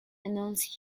announced